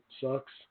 sucks